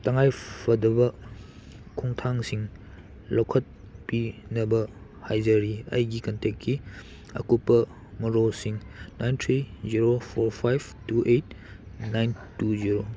ꯇꯉꯥꯏ ꯐꯗꯕ ꯈꯣꯡꯊꯥꯡꯁꯤꯡ ꯂꯧꯈꯠꯄꯤꯅꯕ ꯍꯥꯏꯖꯔꯤ ꯑꯩꯒꯤ ꯀꯟꯇꯦꯛꯀꯤ ꯑꯀꯨꯞꯄ ꯃꯔꯣꯜꯁꯤꯡ nine three zero four five two eight nine two zero